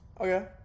Okay